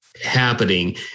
happening